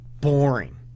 boring